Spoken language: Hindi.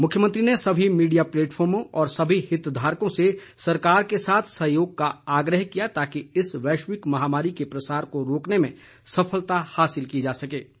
मुख्यमंत्री ने सभी मीडिया प्लेटफार्मो और सभी हित धारकों से सरकार के साथ सहयोग का आग्रह किया ताकि इस वैश्विक माहमारी के प्रसार को रोकने में सफलता हासिल की जा सकें